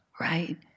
right